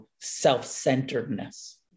self-centeredness